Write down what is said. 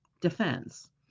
defense